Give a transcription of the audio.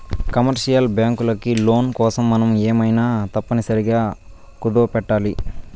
commercial బ్యాంకులకి loan కోసం మనం ఏమైనా తప్పనిసరిగా కుదవపెట్టాలి